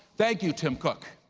thank you, tim cook.